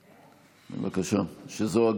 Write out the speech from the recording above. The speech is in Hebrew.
בבקשה.